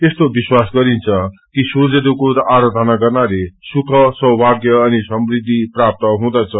यस्तो विश्वास गरिन्छ कि सूर्यदेवको आराधना गन्प्रले सुख सौभाग्य अनि समृद्धि प्राप्त हुँदछ